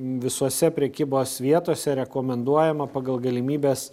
visose prekybos vietose rekomenduojama pagal galimybes